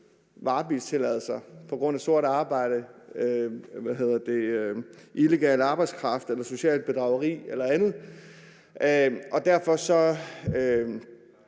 varebilstilladelser på grund af sort arbejde, illegal arbejdskraft, socialt bedrageri eller andet, og derfor har